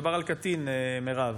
מדובר על קטין, מירב.